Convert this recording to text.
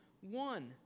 one